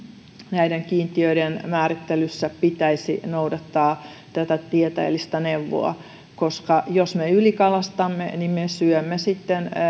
kiintiöiden määrittelyssä pitäisi noudattaa tieteellistä neuvoa koska jos me ylikalastamme niin me syömme